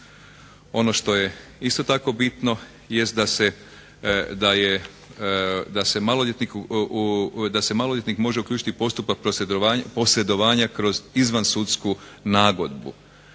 Ono što je isto tako bitno jest da se maloljetnik može uključiti u postupak posredovanja kroz izvansudsku nagodbu.